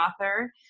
author